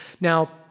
Now